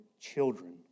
children